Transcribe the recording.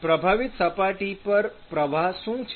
પ્રભાવિત સપાટી પર પ્રવાહ શું છે